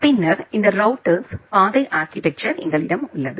பின்னர் இந்த ரௌட்டர்ஸ் பாதை ஆர்கிடெக்சர் எங்களிடம் உள்ளது